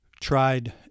tried